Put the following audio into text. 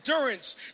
endurance